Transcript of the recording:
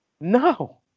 No